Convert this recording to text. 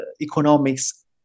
economics